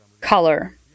color